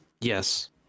Yes